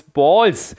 balls